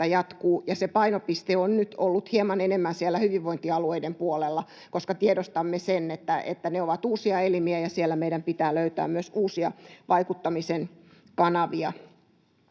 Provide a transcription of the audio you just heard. ja se painopiste on nyt ollut hieman enemmän siellä hyvinvointialueiden puolella, koska tiedostamme sen, että ne ovat uusia elimiä ja siellä meidän pitää löytää myös uusia vaikuttamisen kanavia.